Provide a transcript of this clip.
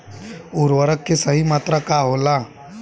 उर्वरक के सही मात्रा का होला?